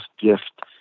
gift